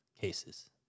cases